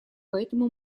поэтому